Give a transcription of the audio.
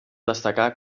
destacar